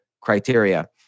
criteria